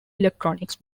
electronics